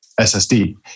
SSD